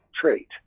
trait